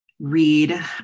read